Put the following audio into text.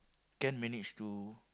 can manage to